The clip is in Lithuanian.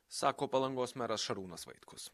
sako palangos meras šarūnas vaitkus